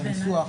את הניסוח,